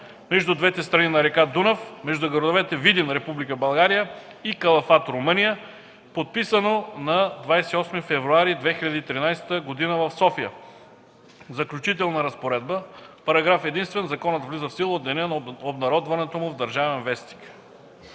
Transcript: между двете страни на река Дунав между градовете Видин (Република България) и Калафат (Румъния), подписано на 28 февруари 2013 г. в София. ЗАКЛЮЧИТЕЛНА РАЗПОРЕДБА Параграф единствен. Законът влиза в сила от деня на обнародването му в „Държавен вестник”.”